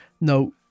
No